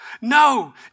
No